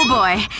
boy,